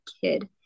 kid